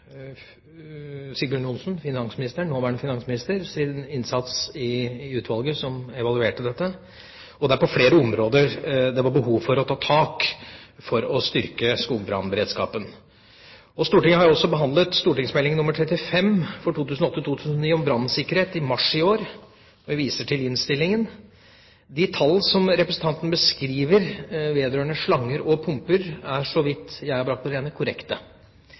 nåværende finansminister Sigbjørn Johnsens innsats i utvalget som evaluerte dette. Det var på flere områder det var behov for å ta tak for å styrke skogbrannberedskapen. Stortinget har også behandlet St.meld. nr. 35 for 2008–2009 om brannsikkerhet i mars i år, og jeg viser til innstillingen. De tall som representanten beskriver vedrørende slanger og pumper, er, så vidt jeg har brakt på det rene, korrekte.